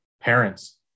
parents